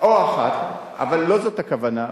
אבל לא זו הכוונה,